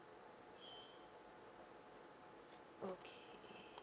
okay